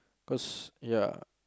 cause ya